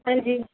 ਹਾਂਜੀ